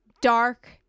dark